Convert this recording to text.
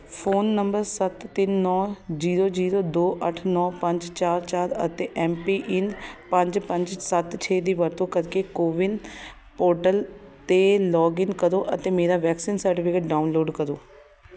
phone number ਸੱਤ ਤਿੰਨ ਨੌਂ ਜ਼ੀਰੋ ਜ਼ੀਰੋ ਦੋ ਅੱਠ ਨੌਂ ਪੰਜ ਚਾਰ ਚਾਰ ਅਤੇ ਐੱਮ ਪੀ ਇੰਨ ਪੰਜ ਪੰਜ ਸੱਤ ਛੇ ਦੀ ਵਰਤੋਂ ਕਰਕੇ ਕੋਵਿਨ ਪੋਰਟਲ 'ਤੇ ਲੌਗਇਨ ਕਰੋ ਅਤੇ ਮੇਰਾ ਵੈਕਸੀਨ ਸਰਟੀਫਿਕੇਟ ਡਾਊਨਲੋਡ ਕਰੋ